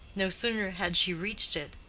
no sooner had she reached it,